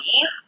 leave